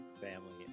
family